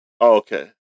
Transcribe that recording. okay